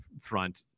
front